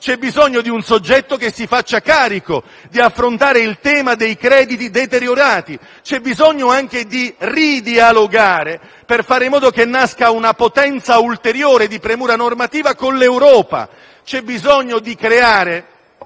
c'è bisogno di un soggetto che si faccia carico di affrontare il tema dei crediti deteriorati e c'è bisogno anche di ridialogare, per fare in modo che nasca una potenza ulteriore di premura normativa con l'Europa. C'è bisogno di creare,